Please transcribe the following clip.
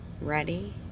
ready